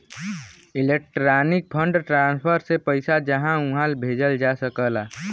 electronic fund transfer से पइसा इहां उहां भेजल जा सकला